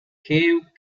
cave